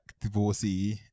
divorcee